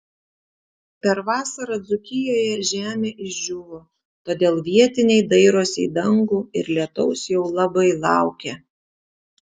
per vasarą dzūkijoje žemė išdžiūvo todėl vietiniai dairosi į dangų ir lietaus jau labai laukia